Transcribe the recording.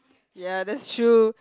ya that's true